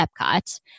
Epcot